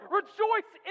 rejoice